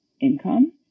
income